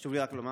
חשוב לי רק לומר